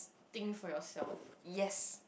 think for yourself